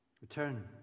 Return